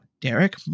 Derek